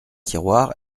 tiroir